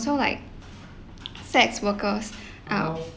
so like sex workers uh